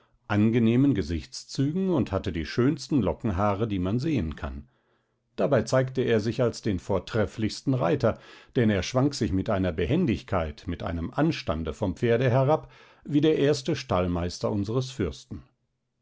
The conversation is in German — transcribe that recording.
angenehmen gesichtszügen und hatte die schönsten lockenhaare die man sehen kann dabei zeigte er sich als den vortrefflichsten reiter denn er schwang sich mit einer behendigkeit mit einem anstande vom pferde herab wie der erste stallmeister unseres fürsten